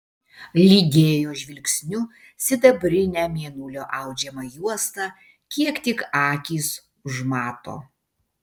lydėjo žvilgsniu sidabrinę mėnulio audžiamą juostą kiek tik akys užmato